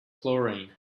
chlorine